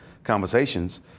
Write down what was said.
Conversations